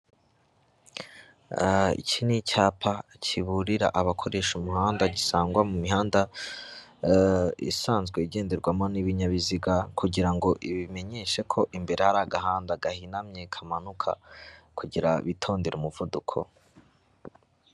Iki ni icyapa kiburira abakoresha umuhanda gisangwa mu mihanda isanzwe igenderwamo n'ibinyabiziga kugira ngo ibamenyeshe ko imbere hari agahanda gahinamye kamanuka kugira bitondere umuvuduko.